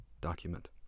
document